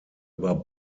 über